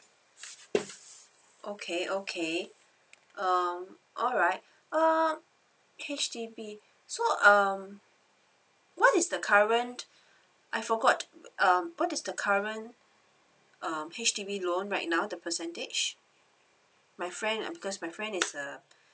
okay okay um alright uh H_D_B so um what is the current I forgot um what is the current um H_D_B loan right now the percentage my friend uh because my friend is uh